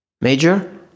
Major